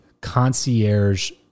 concierge